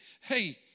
hey